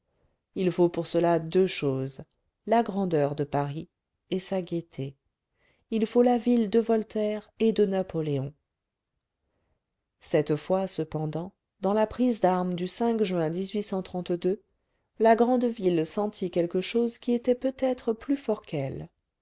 il faut pour cela deux choses la grandeur de paris et sa gaîté il faut la ville de voltaire et de napoléon cette fois cependant dans la prise d'armes du juin la grande ville sentit quelque chose qui était peut-être plus fort qu'elle